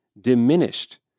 diminished